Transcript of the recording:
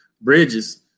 Bridges